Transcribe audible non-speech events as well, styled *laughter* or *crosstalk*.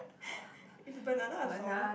*laughs* *noise* is banana a song